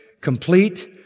complete